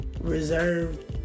reserved